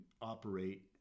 operate